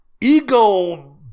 ego